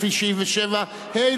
לפי 77(ה),